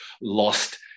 lost